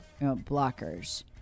blockers